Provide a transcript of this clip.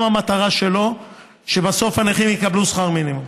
גם המטרה שלו היא שבסוף הנכים יקבלו שכר מינימום,